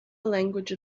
language